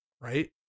right